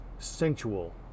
Sensual